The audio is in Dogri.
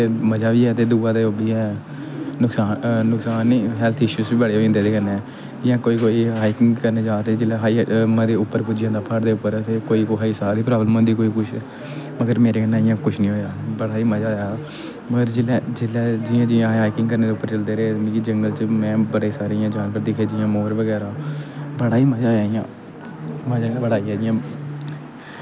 नुकसान नुकसान नीं हैल्थ इशुस बी बड़े होंई जंदे इ'दे कन्नै जियां कोई कोई हाइकिंग करने जादे जिसलै मती उप्पर पुज्जी आंदा कुसा गी साह् दी प्राबल्म कोई कुछ मगर मेरे कन्नै कुछ नीं होएया में जिसलै जियां जियां हाइकिंग दे उप्पर चलदे रेह् जंगल च में बड़े इ'यां जानवर दिक्खे जियां मोर बगैरा बड़ा ही मजा आया इ'यां मजा ही बड़ा आया जियां